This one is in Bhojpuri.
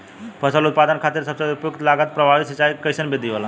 फसल उत्पादन खातिर सबसे उपयुक्त लागत प्रभावी सिंचाई के कइसन विधि होला?